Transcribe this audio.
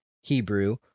Hebrew